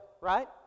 right